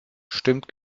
stimmt